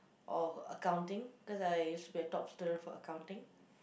or accounting because I used to be a top student for accounting